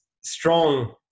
strong